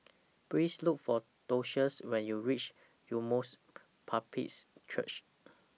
Please Look For Docias when YOU REACH Emmaus Baptist Church